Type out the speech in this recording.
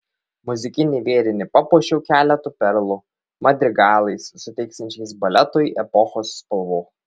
muzikinį vėrinį papuošiau keletu perlų madrigalais suteiksiančiais baletui epochos spalvų